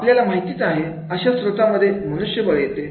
आपल्याला माहितीच आहे अशा स्त्रोतांमध्ये मनुष्यबळ येते